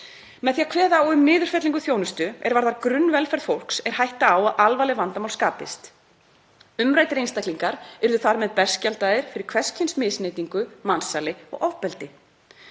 „Með því að kveða á um niðurfellingu á þjónustu er varðar grunnvelferð fólks er hætta á að alvarleg vandamál skapist. Umræddir einstaklingar yrðu þar með berskjaldaðir fyrir hvers kyns misneytingu, mansali og ofbeldi.